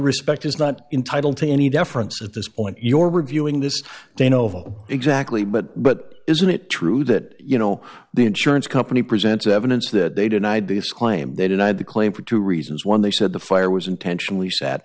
respect is not entitle to any deference at this point your reviewing this de novo exactly but but isn't it true that you know the insurance company presents evidence that they denied this claim they denied the claim for two reasons one they said the fire was intentionally s